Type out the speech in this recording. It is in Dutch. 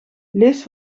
lees